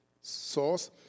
source